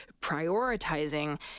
prioritizing